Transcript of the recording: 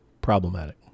problematic